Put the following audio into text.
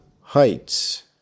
Heights